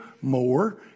more